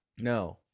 no